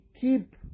keep